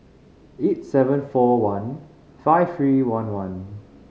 eight seven four one five three one one